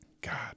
God